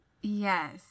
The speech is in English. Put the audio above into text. Yes